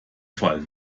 fall